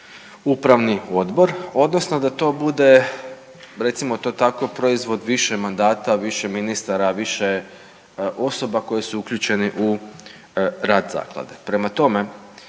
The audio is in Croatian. upravni odbor odnosno da to bude recimo to tako proizvod više mandata, više ministara, više osoba koje su uključene u rad zaklade.